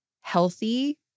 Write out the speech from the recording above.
healthy